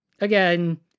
again